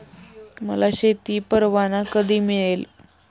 मला शेती परवाना कधी मिळेल?